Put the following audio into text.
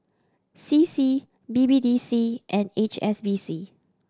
C C B B D C and H S B C